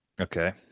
Okay